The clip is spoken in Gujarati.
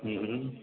હમમ